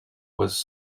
was